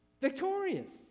Victorious